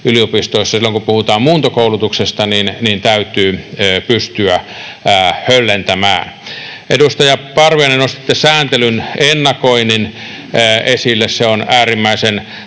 yliopistoissa. Silloin kun puhutaan muuntokoulutuksesta, niin täytyy pystyä höllentämään. Edustaja Parviainen, nostitte sääntelyn ennakoinnin esille, se on äärimmäisen